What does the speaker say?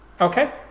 Okay